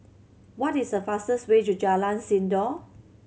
what is the fastest way to Jalan Sindor